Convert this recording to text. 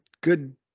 good